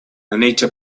anita